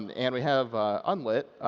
and and we have unlit,